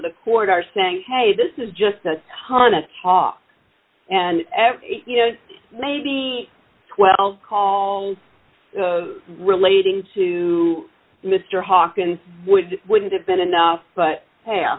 of the court are saying hey this is just a ton of talk and every you know maybe twelve calls relating to mr hawkins would wouldn't have been enough but